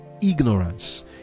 ignorance